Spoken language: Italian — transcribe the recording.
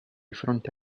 fronte